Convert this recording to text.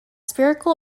spherical